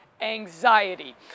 anxiety